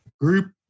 group